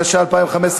התשע"ה 2015,